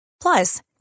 Plus